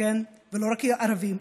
ולא רק ערבים,